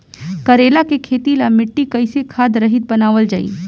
करेला के खेती ला मिट्टी कइसे खाद्य रहित बनावल जाई?